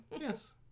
Yes